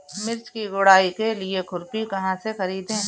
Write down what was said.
मिर्च की गुड़ाई के लिए खुरपी कहाँ से ख़रीदे?